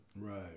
Right